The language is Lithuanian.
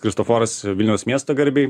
kristoforas vilniaus miesto garbei